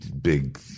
big